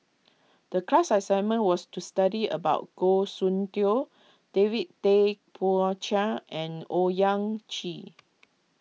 the class assignment was to study about Goh Soon Tioe David Tay Poey Cher and Owyang Chi